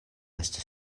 estas